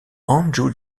andrew